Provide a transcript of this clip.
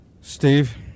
steve